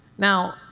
Now